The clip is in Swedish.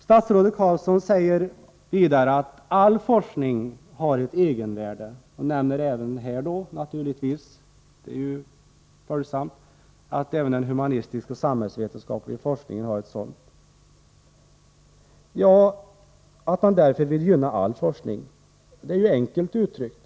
Statsrådet Carlsson säger vidare att all forskning har ett egenvärde, och han nämner även att den humanistiska och samhällsvetenskapliga forskningen 29 har ett sådant värde. Därför vill han gynna all forskning. Det är alltför enkelt uttryckt.